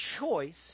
choice